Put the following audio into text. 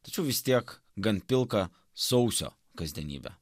tačiau vis tiek gan pilka sausio kasdienybe